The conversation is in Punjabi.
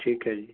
ਠੀਕ ਹੈ ਜੀ